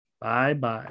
Bye-bye